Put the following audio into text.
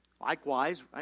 Likewise